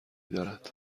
دارد